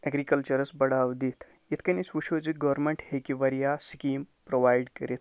ایٚگرِکَلچرَس بَڑھاوٕ دِتھ یِتھۍ کٔنۍ أسۍ وُچھو زِ گورمیٚنٛٹ ہیٚکہِ واریاہ سِکیٖم پرٛووَایڈ کٔرِتھ